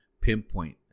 Pinpoint